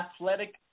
athletic